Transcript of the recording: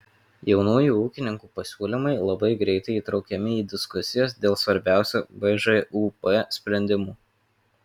jaunųjų ūkininkų pasiūlymai labai greitai įtraukiami į diskusijas dėl svarbiausių bžūp sprendimų